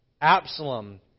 Absalom